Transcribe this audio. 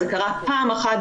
זה קרה פעם אחת,